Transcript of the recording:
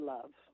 Love